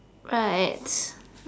right